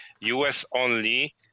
US-only